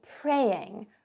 praying